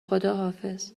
خداحافظ